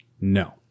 No